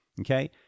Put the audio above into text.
Okay